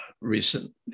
recent